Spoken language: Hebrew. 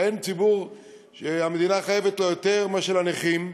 שהוא ציבור שהמדינה חייבת לו יותר מאשר לנכים,